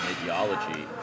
ideology